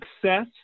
success